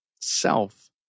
self